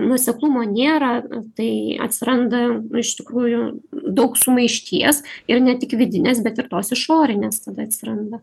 nuoseklumo nėra tai atsiranda iš tikrųjų daug sumaišties ir ne tik vidinės bet ir tos išorinės tada atsiranda